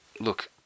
look